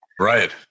Right